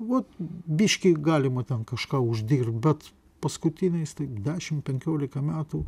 vot biški galima ten kažką uždirbt bet paskutiniais tik dešimt penkiolika metų